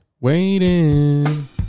Waiting